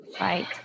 Right